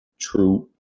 True